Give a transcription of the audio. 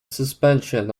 suspension